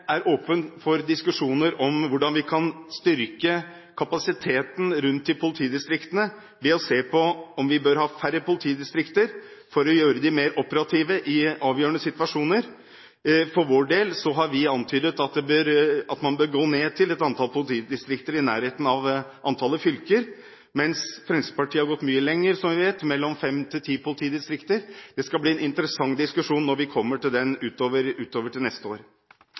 er åpen for diskusjoner om hvordan vi kan styrke kapasiteten rundt i politidistriktene ved å se på om vi bør ha færre politidistrikter for å gjøre dem mer operative i avgjørende situasjoner. For vår del har vi antydet at man bør gå ned til et antall politidistrikter i nærheten av antallet fylker, mens Fremskrittspartiet har gått mye lenger som vi vet – til mellom fem og ti politidistrikter. Det skal bli en interessant diskusjon om dette til neste år.